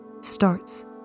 starts